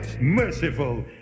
merciful